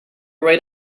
right